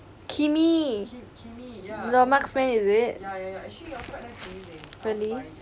kimmy the marksman is it really